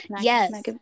yes